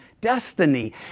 destiny